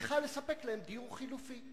צריכה לספק להם דיור חלופי,